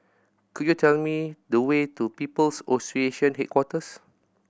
could you tell me the way to People's Association Headquarters